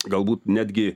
galbūt netgi